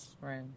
Right